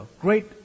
great